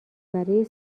برای